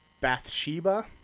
Bathsheba